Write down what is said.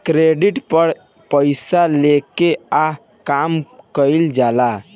credit पर पइसा लेके आ काम कइल जाला